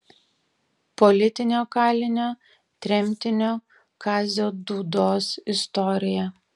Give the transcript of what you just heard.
politinio kalinio tremtinio kazio dūdos istorija